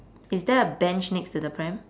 is there a bench next to the pram